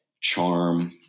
charm